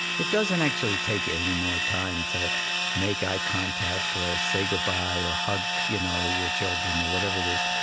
it doesn't actually take any more time to make eye contact or say good-bye or hug you know your children or whatever it is,